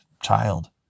child